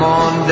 on